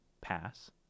pass